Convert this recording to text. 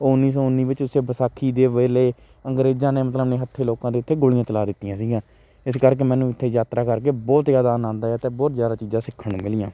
ਉਹ ਉੱਨੀ ਸੌ ਉੱਨੀ ਵਿੱਚ ਉਸ ਵਿਸਾਖੀ ਦੇ ਵੇਲੇ ਅੰਗਰੇਜ਼ਾਂ ਨੇ ਮਤਲਬ ਨਿਹੱਥੇ ਲੋਕਾਂ ਦੇ ਉੱਤੇ ਗੋਲੀਆਂ ਚਲਾ ਦਿੱਤੀਆਂ ਸੀਗੀਆਂ ਇਸ ਕਰਕੇ ਮੈਨੂੰ ਇੱਥੇ ਯਾਤਰਾ ਕਰਕੇ ਬਹੁਤ ਜ਼ਿਆਦਾ ਆਨੰਦ ਆਇਆ ਅਤੇ ਬਹੁਤ ਜ਼ਿਆਦਾ ਚੀਜ਼ਾਂ ਸਿੱਖਣ ਨੂੰ ਮਿਲੀਆਂ